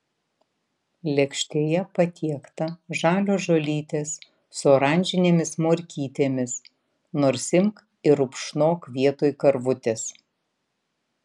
lėkštėje patiekta žalios žolytės su oranžinėmis morkytėmis nors imk ir rupšnok vietoj karvutės